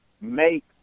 make